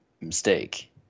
mistake